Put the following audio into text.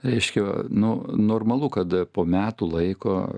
reiškia nu normalu kad po metų laiko